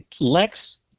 Lex